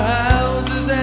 houses